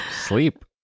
Sleep